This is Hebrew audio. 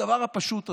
הדבר הפשוט הזה,